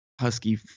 husky